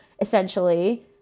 essentially